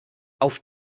auf